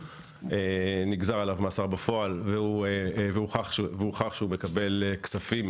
נגזר עליו מאסר בפועל והוכח שהוא מקבל כספים